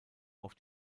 auf